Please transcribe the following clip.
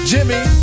Jimmy